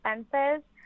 expenses